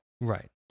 Right